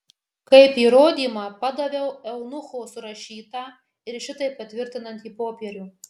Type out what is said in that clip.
kaip įrodymą padaviau eunucho surašytą ir šitai patvirtinantį popierių